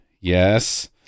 Yes